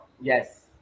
Yes